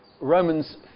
Romans